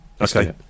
Okay